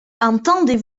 entendez